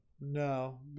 No